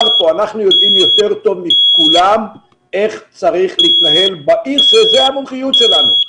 כאן אנחנו יודעים יותר טוב מכולם איך צריך להתנהל בעיר וזו המומחיות שלנו.